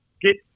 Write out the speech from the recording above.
get